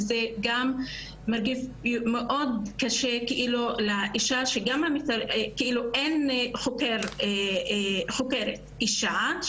וזה מאוד קשה לאישה שאין חוקרת אישה,